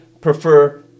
prefer